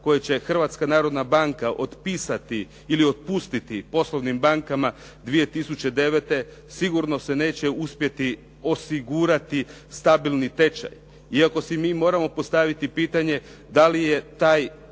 koje će Hrvatska narodna banka otpisati ili otpustiti poslovnim bankama 2009. sigurno se neće uspjeti osigurati stabilni tečaj. Iako si mi moramo postaviti pitanje da li je taj